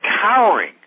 cowering